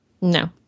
No